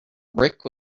rick